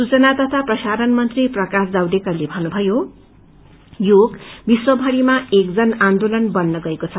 सूचना तथा प्रसारण मंत्री प्रकाश जावड़ेकरले भन्नुषयो योग विश्वभरिमा एक जन आन्दोलन बन्न गऐ छ